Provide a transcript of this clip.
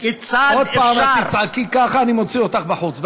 עוד פעם את תצעקי ככה אני אוציא אותך החוצה,